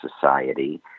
society